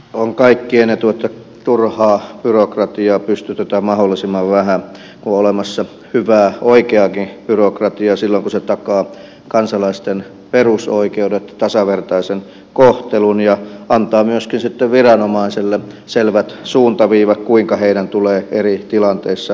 on kaikkien etu että turhaa byrokratiaa pystytetään mahdollisimman vähän kun on olemassa hyvää oikeaakin byrokratiaa silloin kun se takaa kansalaisten perusoikeudet tasavertaisen kohtelun ja antaa myöskin sitten viranomaisille selvät suuntaviivat kuinka heidän tulee eri tilanteissa toimia